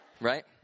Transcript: Right